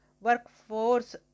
workforce